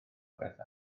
bethan